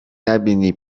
نبینی